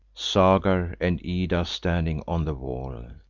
sagar, and ida, standing on the wall.